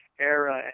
era